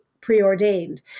preordained